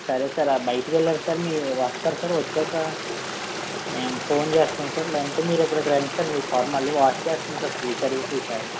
సరే సార్ ఆ బయటికి వెళ్లారు సార్ మీ వస్తారు సార్ వచ్చాక మేము ఫోన్ చేస్తాము సార్ లేదంటే మీరు ఇక్కడికి రండి సార్ మీరు కారు మళ్లీ వాష్ చేస్తాము సార్ ఫ్రీ సర్వీస్ గ్యారెంటీ